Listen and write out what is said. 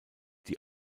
die